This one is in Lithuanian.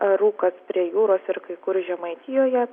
rūkas prie jūros ir kai kur žemaitijoje